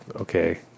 okay